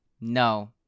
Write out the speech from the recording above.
no